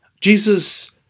Jesus